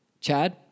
chad